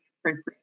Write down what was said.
appropriate